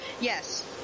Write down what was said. yes